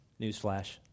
newsflash